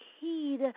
heed